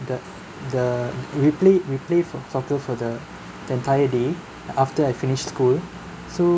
the the we play we play for soccer for the the entire day after I finished school so